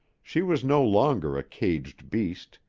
she was no longer a caged beast,